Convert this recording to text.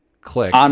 click